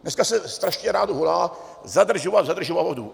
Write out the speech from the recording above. Dneska se strašně rádo volá: zadržovat, zadržovat vodu.